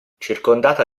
circondata